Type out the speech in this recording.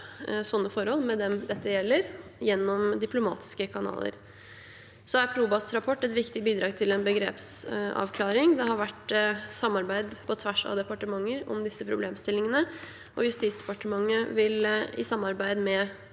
slike forhold med dem dette gjelder, gjennom diplomatiske kanaler. Probas rapport er et viktig bidrag til en begrepsavklaring. Det har vært samarbeid på tvers av departementer om disse problemstillingene, og Justisdepartementet vil i samarbeid med